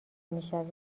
میشویم